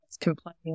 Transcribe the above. complaining